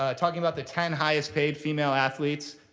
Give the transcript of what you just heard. ah talking about the ten highest paid female athletes,